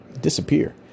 disappear